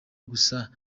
gusa